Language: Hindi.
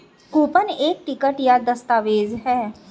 कूपन एक टिकट या दस्तावेज़ है